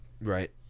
right